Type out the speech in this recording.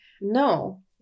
no